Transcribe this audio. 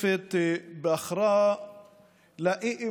להכאיב לכל מי שחרד לא רק לזכויות אדם,